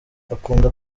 akunda